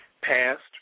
Past